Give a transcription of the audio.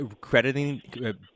crediting –